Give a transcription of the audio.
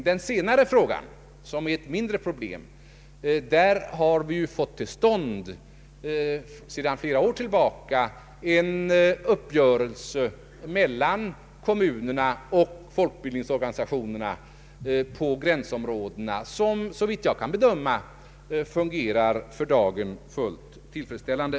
I den senare frågan, som är ett mindre problem, har vi sedan flera år fått till stånd mellan kommunerna och folkbildningsorganisationerna en uppgörelse beträffande gränsområdena som, såvitt jag kan bedöma, för dagen fungerar fullt tillfredsställande.